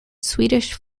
swedish